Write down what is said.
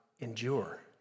endure